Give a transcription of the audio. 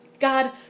God